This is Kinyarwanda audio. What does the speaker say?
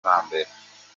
hambere